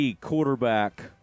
quarterback